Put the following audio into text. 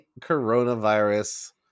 coronavirus